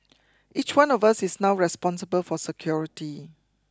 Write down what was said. each one of us is now responsible for security